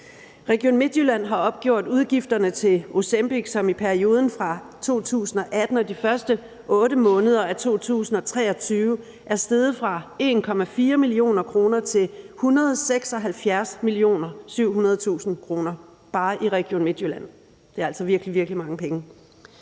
Region Midtjylland har opgjort, at udgifterne til Ozempic i perioden fra 2018 og de første 8 måneder af 2023 er steget fra 1,4 mio. kr. til 176.700.000 kr., og det er bare i Region Midtjylland. Det er altså virkelig, virkelig mange penge.